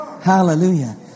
Hallelujah